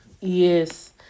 Yes